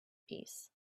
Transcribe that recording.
peace